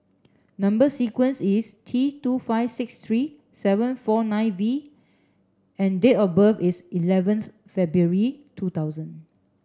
number sequence is T two five six three seven four nine V and date of birth is eleventh February two thousand